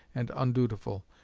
and undutiful,